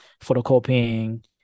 photocopying